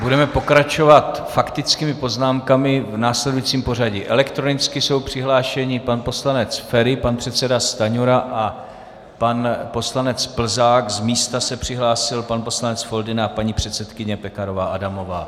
Budeme pokračovat faktickými poznámkami v následujícím pořadí: elektronicky jsou přihlášeni pan poslanec Feri, pan předseda Stanjura a pan poslanec Plzák, z místa se přihlásil pan poslanec Foldyna a paní předsedkyně Pekarová Adamová.